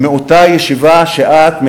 מאותה ישיבה שאת,